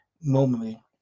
normally